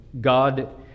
God